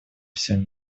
всем